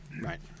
Right